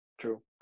true